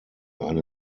eine